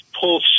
pull